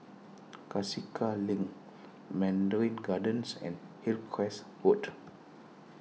Cassia Link Mandarin Gardens and Hillcrest Road